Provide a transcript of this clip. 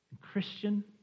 Christian